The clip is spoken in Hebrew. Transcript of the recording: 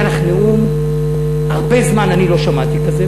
היה לך נאום הרבה זמן אני לא שמעתי כזה,